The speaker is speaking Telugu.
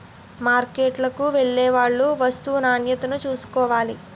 మార్కెట్కు వెళ్లేవాళ్లు వస్తూ నాణ్యతను చూసుకోవాలి